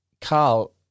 Carl